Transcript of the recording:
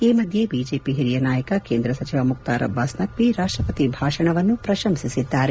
ಈ ಮಧ್ಯೆ ಬಿಜೆಪಿ ಹಿರಿಯ ನಾಯಕ ಕೇಂದ್ರ ಸಚಿವ ಮುಕ್ತಾರ್ ಅಬ್ಬಾಸ್ ನಖ್ವಿ ರಾಷ್ಷಪತಿ ಭಾಷಣವನ್ನು ಪ್ರಶಂಸಿಸಿದ್ದಾರೆ